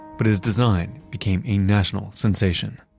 but his design became a national sensation.